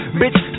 bitch